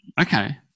Okay